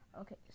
Okay